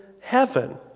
heaven